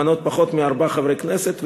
המונות פחות מארבעה חברי כנסת,